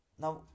Now